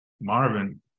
Marvin